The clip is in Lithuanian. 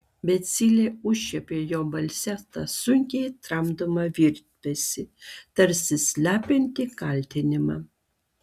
bet zylė užčiuopė jo balse tą sunkiai tramdomą virpesį tarsi slepiantį kaltinimą